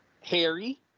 Harry